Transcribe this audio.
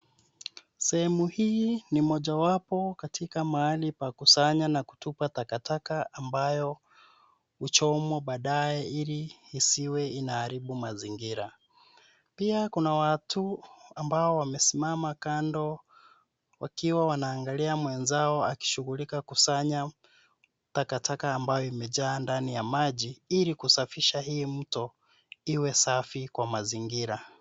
Sehemu hii ni mojawapo katika mahali pa kusanya na kutupa takataka ambayo huchomwa baadaye ili isiwe inaharibu mazingira. Pia kuna watu ambao wamesimama kando wakiwa wanaangalia mwenzao, akishughulika kusanya takataka ambayo imejaa ndani ya maji ili kusafisha hii mto iwe safi kwa mazingira.